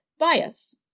bias